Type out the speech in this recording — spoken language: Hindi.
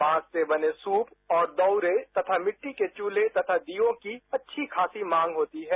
बांस से बने सूप और दौउरे तथा मिट्टी के चूल्हे तथा दीयों की अच्छी खासी मांग होती है